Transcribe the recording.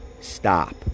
stop